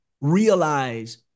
realize